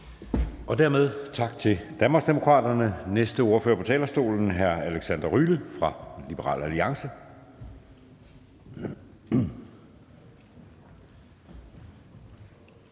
Dermed tak til Danmarksdemokraterne. Næste ordfører på talerstolen er hr. Alexander Ryle fra Liberal Alliance.